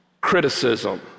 Criticism